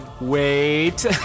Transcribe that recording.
wait